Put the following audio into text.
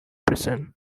prison